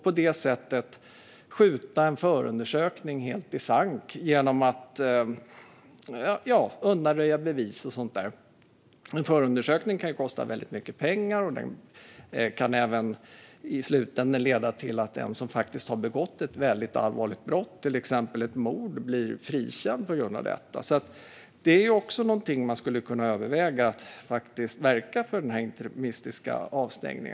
På det sättet kan en förundersökning skjutas i sank genom att till exempel bevis undanröjs. Förutom att förundersökning kostar mycket pengar kan detta i slutänden leda till att den som har begått ett allvarligt brott, exempelvis ett mord, blir frikänd. Man skulle alltså kunna verka för en möjlighet till interimistisk avstängning.